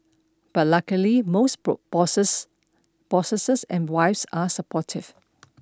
but luckily most boss bosses bosses and wives are supportive